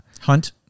Hunt